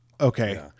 Okay